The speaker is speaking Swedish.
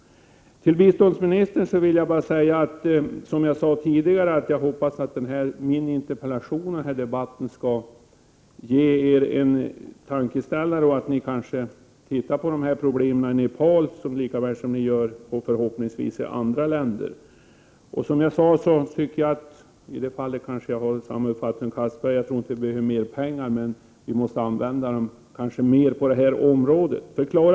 Till biståndsministern vill jag bara säga, som jag anförde tidigare, att jag hoppas att min interpellation och denna debatt skall ge er en tankeställare och att ni kanske kommer att studera problemen i Nepal på samma sätt som ni gör i andra länder. Anders Castberger sade att vi kanske inte behöver mer pengar men att vi behöver använda dem i större utsträckning på detta område, och jag har samma uppfattning.